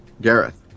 Gareth